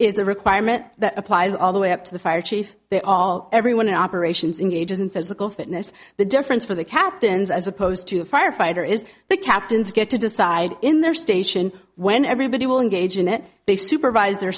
is a requirement that applies all the way up to the fire chief they all everyone in operations in gauges in physical fitness the difference for the captains as opposed to a firefighter is the captains get to decide in their station when everybody will engage in it they supervis